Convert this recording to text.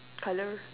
colour